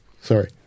Sorry